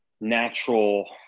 natural